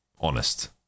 honest